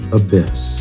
abyss